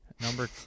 Number